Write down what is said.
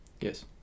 Yes